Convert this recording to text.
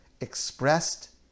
expressed